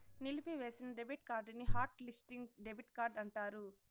నిలిపివేసిన డెబిట్ కార్డుని hot listing debit card అంటారు